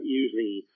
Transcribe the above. usually